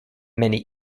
many